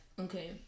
Okay